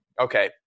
okay